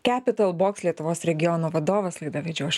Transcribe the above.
kepital boks lietuvos regiono vadovas laidą vedžiau aš